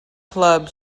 club